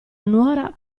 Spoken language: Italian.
nuora